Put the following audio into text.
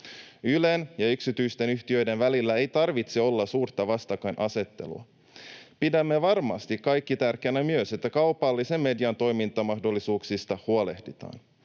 Ylen ja yksityisten yhtiöiden välillä ei tarvitse olla suurta vastakkainasettelua. Pidämme varmasti kaikki tärkeänä myös sitä, että kaupallisen median toimintamahdollisuuksista huolehditaan.